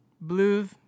blues